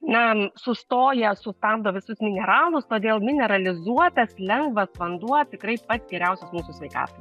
na sustoja sustabdo visus mineralus todėl mineralizuotas lengvas vanduo tikrai pats geriausias mūsų sveikatai